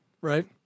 Right